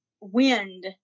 wind